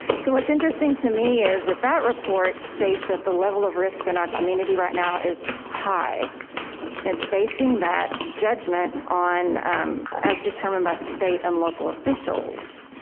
so what's interesting to me is that that report states that the level of risk in our community right now is high. and it's basing that judgment um as determined by state and local officials.